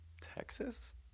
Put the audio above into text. Texas